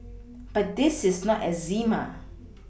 but this is not eczema